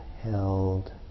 held